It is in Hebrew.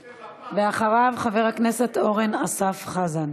ואחריו, חבר הכנסת אורן אסף חזן.